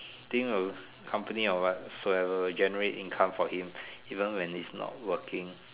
think will company or whatsoever generate income for him even when it's not working